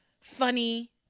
funny